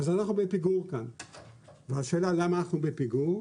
אז אנחנו בפיגור כאן והשאלה למה אנחנו בפיגור.